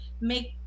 make